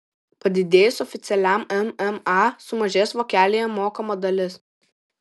padidėjus oficialiam mma sumažės vokelyje mokama dalis